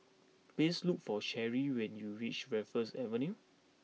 please look for Cherri when you reach Raffles Avenue